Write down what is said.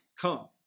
come